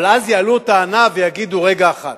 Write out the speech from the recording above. אבל אז יעלו טענה ויגידו: רגע אחד,